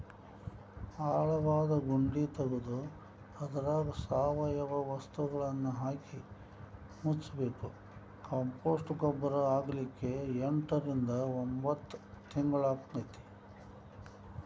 ಆಳವಾದ ಗುಂಡಿ ತಗದು ಅದ್ರಾಗ ಸಾವಯವ ವಸ್ತುಗಳನ್ನಹಾಕಿ ಮುಚ್ಚಬೇಕು, ಕಾಂಪೋಸ್ಟ್ ಗೊಬ್ಬರ ಆಗ್ಲಿಕ್ಕೆ ಎಂಟರಿಂದ ಒಂಭತ್ ತಿಂಗಳಾಕ್ಕೆತಿ